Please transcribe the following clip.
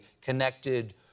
connected